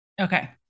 Okay